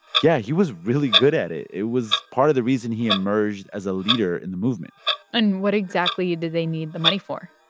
yeah. he was really good at it. it was part of the reason he emerged as a leader in the movement and what exactly did they need the money for?